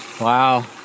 Wow